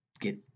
get